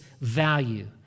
value